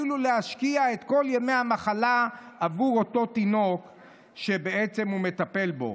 להשקיע את כל ימי המחלה עבור אותו תינוק שהוא מטפל בו,